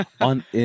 on